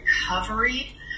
recovery